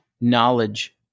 knowledge